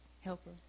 helper